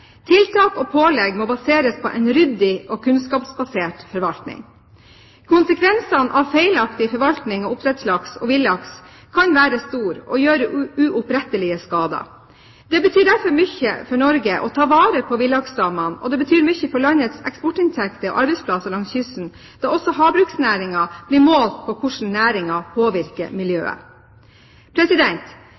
Tiltak og pålegg må baseres på en ryddig og kunnskapsbasert forvaltning. Konsekvensene av feilaktig forvaltning av oppdrettslaks og villaks kan være store, og gjøre uopprettelige skader. Det betyr derfor mye for Norge å ta vare på villaksstammene, og det betyr mye for landets eksportinntekter og arbeidsplasser langs kysten, da også havbruksnæringen blir målt på hvordan næringen påvirker miljøet.